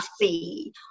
see